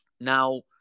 Now